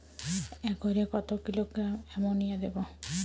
একরে কত kilogram ammonia দেবো?